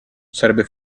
sarebbe